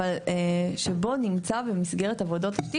אבל בו נמצא במסגרת עבודות תשתית,